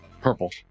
purple